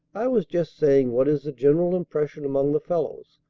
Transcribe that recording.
i was just saying what is the general impression among the fellows.